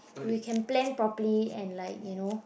we plan properly and like you know